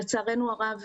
לצערנו הרב,